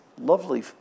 lovely